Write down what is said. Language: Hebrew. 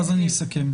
ואז אסכם.